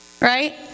Right